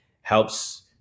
helps